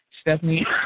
Stephanie